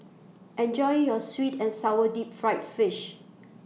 Enjoy your Sweet and Sour Deep Fried Fish